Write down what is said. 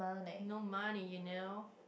no money you know